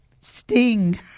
Sting